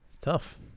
Tough